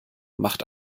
macht